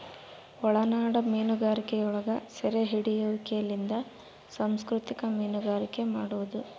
ಒಳನಾಡ ಮೀನುಗಾರಿಕೆಯೊಳಗ ಸೆರೆಹಿಡಿಯುವಿಕೆಲಿಂದ ಸಂಸ್ಕೃತಿಕ ಮೀನುಗಾರಿಕೆ ಮಾಡುವದು